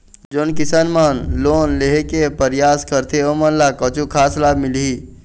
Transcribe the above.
जोन किसान मन लोन लेहे के परयास करथें ओमन ला कछु खास लाभ मिलही?